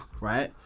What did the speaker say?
right